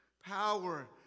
power